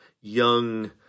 young